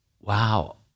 wow